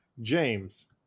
James